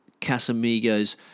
Casamigos